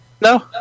No